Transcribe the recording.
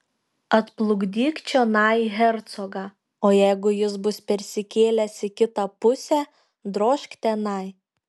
atplukdyk čionai hercogą o jeigu jis bus persikėlęs į kitą pusę drožk tenai